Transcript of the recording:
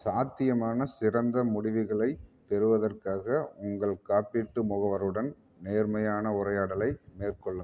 சாத்தியமான சிறந்த முடிவுகளைப் பெறுவதற்காக உங்கள் காப்பீட்டு முகவருடன் நேர்மையான உரையாடலை மேற்கொள்ளுங்கள்